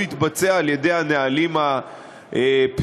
אבל הוא יתבצע על-ידי הנהלים הפנימיים.